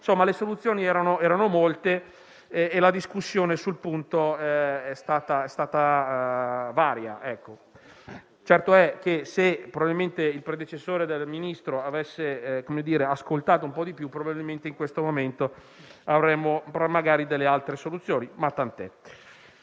insomma, le soluzioni possibili erano molte e la discussione sul punto è stata varia. Certo è che, se il predecessore del Ministro avesse ascoltato un po' di più, probabilmente in questo momento avremmo magari altre soluzioni, ma tant'è.